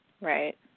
Right